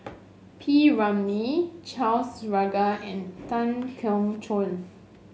P Ramlee Charles Paglar and Tan Keong Choon